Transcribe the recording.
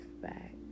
back